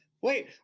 Wait